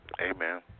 amen